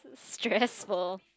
stressful